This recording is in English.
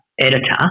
editor